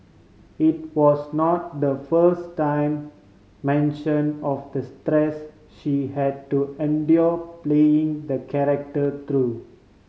it was not the first time mention of the stress she had to endure playing the character through